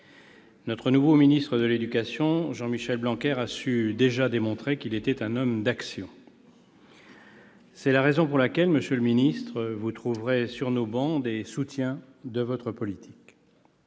Notre nouveau ministre de l'éducation nationale, Jean-Michel Blanquer, a déjà su démontrer qu'il était un homme d'action. C'est la raison pour laquelle, monsieur le ministre, vous trouverez sur nos travées des soutiens de votre politique.